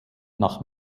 nach